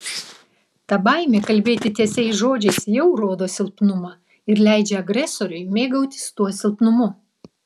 ta baimė kalbėti tiesiais žodžiais jau rodo silpnumą ir leidžia agresoriui mėgautis tuo silpnumu